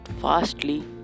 fastly